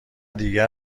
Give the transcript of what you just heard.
دیگر